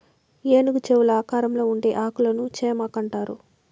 ఏనుగు చెవుల ఆకారంలో ఉండే ఆకులను చేమాకు అంటారు